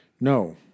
No